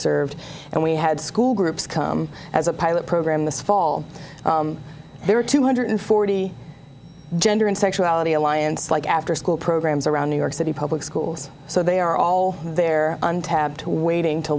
served and we had school groups come as a pilot program this fall there are two hundred forty gender and sexuality alliance like afterschool programs around new york city public schools so they are all there untapped waiting to